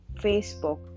Facebook